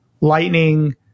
lightning